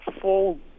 full